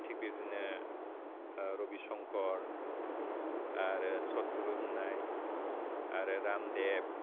थिक बेदिनो रबिसंकर आरो सतगुरु होननाय आरो रामदेब